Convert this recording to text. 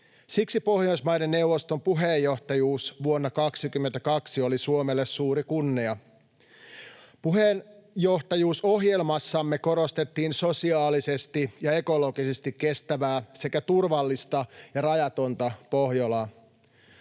Siksi Pohjoismaiden neuvoston puheenjohtajuus vuonna 22 oli Suomelle suuri kunnia. Puheenjohtajuusohjelmassamme korostettiin sosiaalisesti ja ekologisesti kestävää sekä turvallista ja rajatonta Pohjolaa.